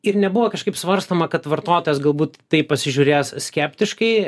ir nebuvo kažkaip svarstoma kad vartotojas galbūt tai pasižiūrėjęs skeptiškai